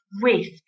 risk